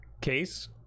case